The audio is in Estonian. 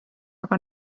aga